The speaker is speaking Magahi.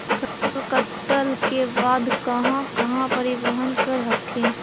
फसल कटल के बाद कहा कहा परिबहन कर हखिन?